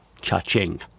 cha-ching